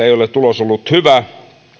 ei ole tulos ollut hyvä